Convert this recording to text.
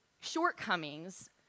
shortcomings